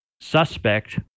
suspect